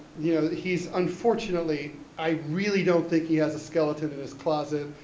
you know, he's unfortunately, i really don't think he has a skeleton in his closet.